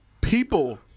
people